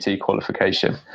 qualification